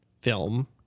film